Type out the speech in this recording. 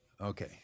Okay